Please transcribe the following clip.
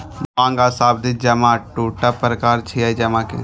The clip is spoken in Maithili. मांग आ सावधि जमा दूटा प्रकार छियै जमा के